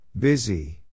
Busy